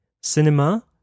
Cinema